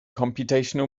computational